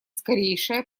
скорейшее